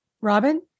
Robin